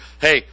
hey